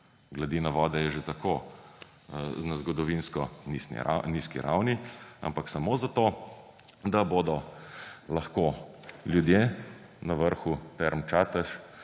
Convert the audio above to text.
gladina vode je že tako na zgodovinsko nizki ravni. Ampak samo zato, da bodo lahko ljudje na vrhu Term Čatež